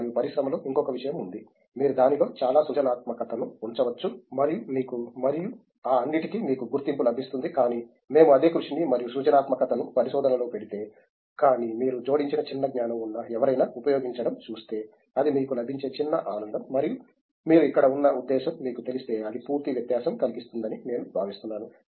మరియు పరిశ్రమలో ఇంకొక విషయం ఉంది మీరు దానిలో చాలా సృజనాత్మకతను ఉంచవచ్చు మరియు మీకు మరియు ఆ అన్నిటికీ మీకు గుర్తింపు లభిస్తుంది కాని మేము అదే కృషిని మరియు సృజనాత్మకతను పరిశోధనలో పెడితే కానీ మీరు జోడించిన చిన్న జ్ఞానం ఉన్న ఎవరైనా ఉపయోగించడం చూస్తే అది మీకు లభించే చిన్న ఆనందం మరియు మీరు ఇక్కడ ఉన్న ఉద్దేశ్యం మీకు తెలిస్తే అది పూర్తి వ్యత్యాసం కలిగిస్తుందని నేను భావిస్తున్నాను